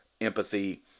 empathy